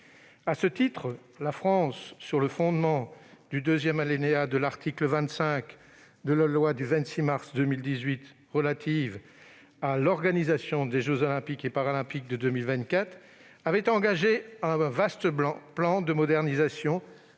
À ce titre, la France, sur le fondement, notamment, du deuxième alinéa de l'article 25 de la loi du 26 mars 2018 relative à l'organisation des jeux Olympiques et Paralympiques de 2024, avait engagé un vaste plan de modernisation